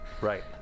Right